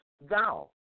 thou